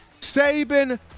Saban